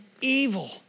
evil